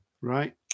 Right